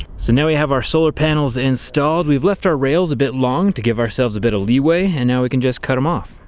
so now we have our solar panels installed, we left our rails a bit long to give ourselves a bit of leeway, and now we can just cut them off.